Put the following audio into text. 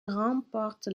remporte